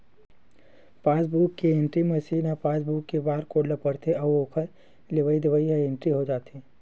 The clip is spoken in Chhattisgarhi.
पासबूक एंटरी मसीन ह पासबूक के बारकोड ल पड़थे अउ ओखर लेवई देवई ह इंटरी हो जाथे